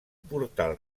portal